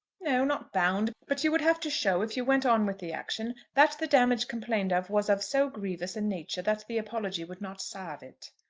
no not bound but you would have to show, if you went on with the action, that the damage complained of was of so grievous a nature that the apology would not salve it.